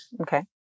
Okay